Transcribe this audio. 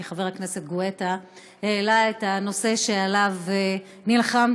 כי חבר הכנסת גואטה העלה את הנושא שעליו נלחמתי